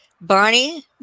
Barney